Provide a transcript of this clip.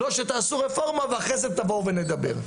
לא שתעשו רפורמה ואחרי זה תבואו ונדבר.